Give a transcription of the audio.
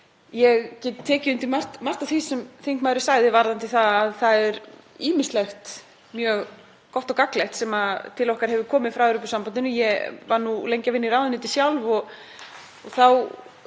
get tekið undir margt af því sem þingmaðurinn sagði varðandi það. Það er ýmislegt mjög gott og gagnlegt sem til okkar hefur komið frá Evrópusambandinu. Ég var lengi að vinna í ráðuneyti sjálf og þá